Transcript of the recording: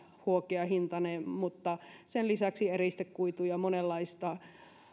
huokeahintainen mutta sen lisäksi eristekuituja ja monenlaista